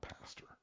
pastor